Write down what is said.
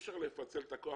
אי אפשר לפצל את הכוח.